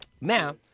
Now